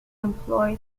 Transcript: employ